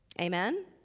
Amen